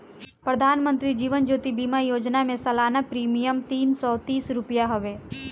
प्रधानमंत्री जीवन ज्योति बीमा योजना में सलाना प्रीमियम तीन सौ तीस रुपिया हवे